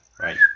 Right